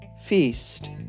feast